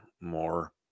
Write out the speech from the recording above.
more